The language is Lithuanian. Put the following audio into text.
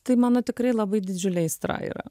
tai mano tikrai labai didžiulė aistra yra